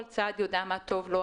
כל צד יודע מה טוב לו.